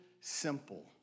simple